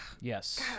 Yes